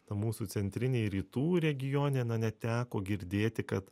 ta mūsų centrinėj rytų regione na neteko girdėti kad